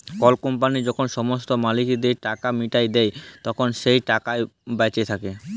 call company যখল সমস্ত মালিকদের টাকা মিটাঁয় দেই, তখল যে টাকাট বাঁচে থ্যাকে